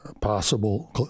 possible